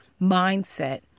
mindset